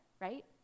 right